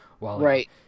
Right